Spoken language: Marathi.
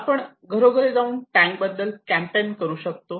आपण घरोघरी जाऊन टँक बद्दल कॅम्पेन करू शकतो